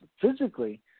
physically